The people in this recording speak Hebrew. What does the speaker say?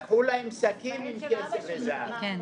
לקחו להם שקים עם כסף וזהב.